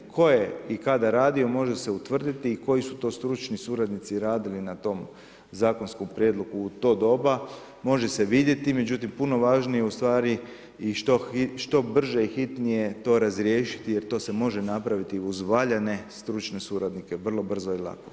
Tko je i kada radio može se utvrditi i koji su to stručni suradnici radili na tom zakonskom prijedlogu u to doba može se vidjeti, međutim puno važnije je u stvari i što brže i hitnije to razriješiti jer to se može napraviti i uz valjane stručne suradnike vrlo brzo i lako.